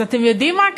אז אתם יודעים מה?